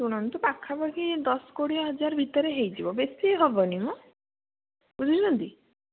ଶୁଣନ୍ତୁ ପାଖାପାଖି ଦଶ କୋଡ଼ିଏ ହଜାର ଭିତରେ ହେଇଯିବ ବେଶି ହବନି ମ ବୁଝୁଛନ୍ତି